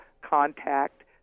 contact